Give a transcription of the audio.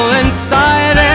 inside